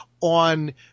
on